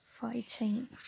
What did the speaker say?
fighting